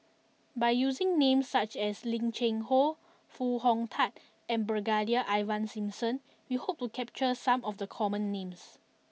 by using names such as Lim Cheng Hoe Foo Hong Tatt and Brigadier Ivan Simson we hope to capture some of the common names